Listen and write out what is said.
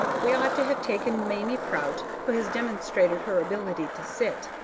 we ought to have taken mamie prout, who has demonstrated her ability to sit.